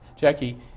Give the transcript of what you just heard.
Jackie